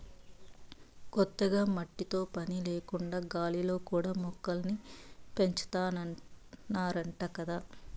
కొత్తగా మట్టితో పని లేకుండా గాలిలో కూడా మొక్కల్ని పెంచాతన్నారంట గదా